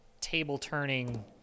table-turning